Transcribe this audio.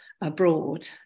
abroad